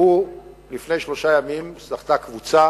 לפני שלושה ימים זכתה קבוצה